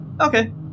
Okay